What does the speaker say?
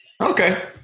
Okay